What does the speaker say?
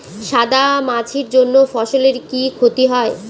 সাদা মাছির জন্য ফসলের কি ক্ষতি হয়?